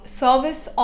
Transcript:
service